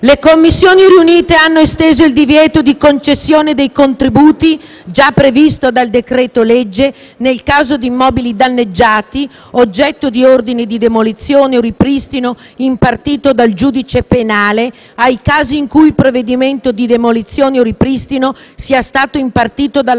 Le Commissioni riunite hanno esteso il divieto di concessione dei contributi, già previsto dal decreto-legge nel caso di immobili danneggiati oggetto di ordine di demolizione o ripristino impartito dal giudice penale, ai casi in cui il provvedimento di demolizione o ripristino sia stato impartito